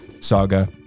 saga